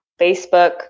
Facebook